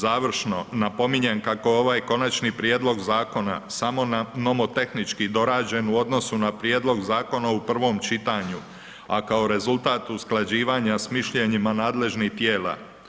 Završno, napominjem kako je ovaj konačni prijedlog zakon samo nomotehnički dorađen u odnosu na prijedlog zakon u prvom čitanju a kao rezultat usklađivanja s mišljenjima nadležnih tijela.